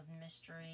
mystery